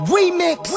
Remix